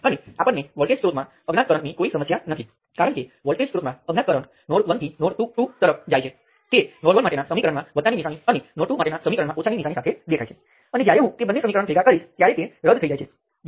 હવે ત્યાં એક સમસ્યા છે કારણ કે વોલ્ટેજ સ્ત્રોતમાંથી કરંટ કેટલો છે તે તમે જાણતા નથી કે